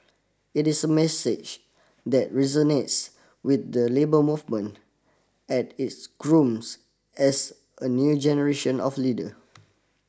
it is a message that resonates with the labour movement at is grooms as a new generation of leader